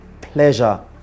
pleasure